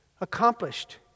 accomplished